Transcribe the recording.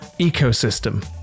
ecosystem